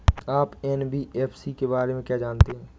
आप एन.बी.एफ.सी के बारे में क्या जानते हैं?